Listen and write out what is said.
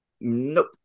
nope